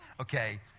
okay